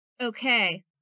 Okay